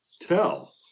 tell